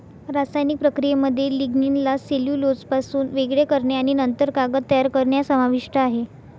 रासायनिक प्रक्रियेमध्ये लिग्निनला सेल्युलोजपासून वेगळे करणे आणि नंतर कागद तयार करणे समाविष्ट आहे